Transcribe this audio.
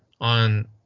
on